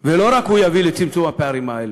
לא רק הוא יביא לצמצום הפערים האלה,